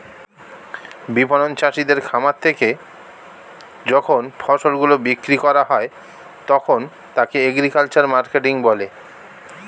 বিপণন চাষীদের খামার থেকে যখন ফসল গুলো বিক্রি করা হয় তখন তাকে এগ্রিকালচারাল মার্কেটিং বলে